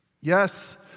Yes